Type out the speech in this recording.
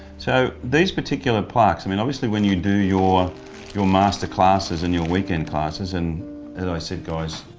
so these particular plaque's, i mean obviously when you do your your master classes and your weekend classes, and as i said guys,